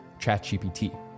ChatGPT